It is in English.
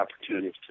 opportunities